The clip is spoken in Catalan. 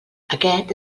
aquest